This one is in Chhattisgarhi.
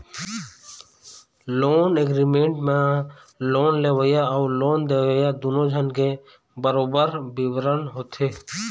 लोन एग्रीमेंट म लोन लेवइया अउ लोन देवइया दूनो झन के बरोबर बिबरन होथे